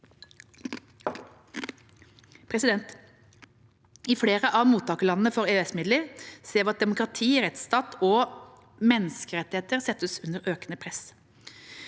EØS-midler. I flere av mottakerlandene for EØS-midler ser vi at demokrati, rettstat og menneskerettigheter settes under økende press.